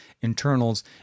internals